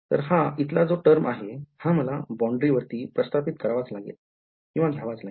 तर हा इथला जो टर्म आहे हा मला boundary वरती प्रस्थापित करावाच लागेल किंवा घ्यावाच लागेल